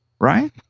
right